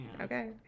okay